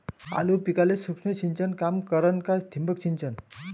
आलू पिकाले सूक्ष्म सिंचन काम करन का ठिबक सिंचन?